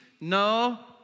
no